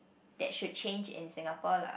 that should change in Singapore lah